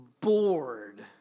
bored